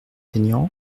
aignan